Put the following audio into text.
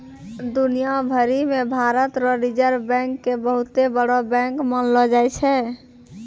दुनिया भरी मे भारत रो रिजर्ब बैंक के बहुते बड़ो बैंक मानलो जाय छै